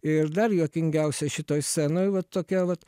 ir dar juokingiausia šitoj scenoj vat tokia vat